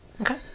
Okay